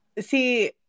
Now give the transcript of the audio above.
See